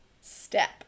step